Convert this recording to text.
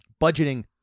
Budgeting